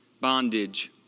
bondage